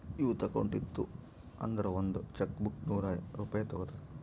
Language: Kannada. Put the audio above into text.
ಯೂತ್ ಅಕೌಂಟ್ ಇತ್ತು ಅಂದುರ್ ಒಂದ್ ಚೆಕ್ ಬುಕ್ಗ ನೂರ್ ರೂಪೆ ತಗೋತಾರ್